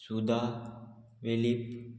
Suda Velip